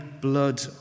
blood